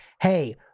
hey